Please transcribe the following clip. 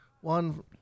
One